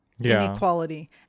inequality